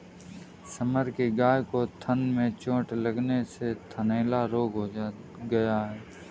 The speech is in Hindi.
समर की गाय को थन में चोट लगने से थनैला रोग हो गया था